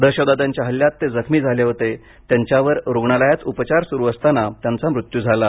दहशतवाद्यांच्या हल्ल्यात ते जखमी झाले होते त्यांच्यावर रुग्णालयात उपचार सुरू असताना त्यांचा मृत्यू झाला